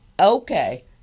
okay